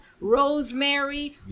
Rosemary